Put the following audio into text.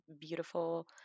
beautiful